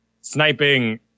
sniping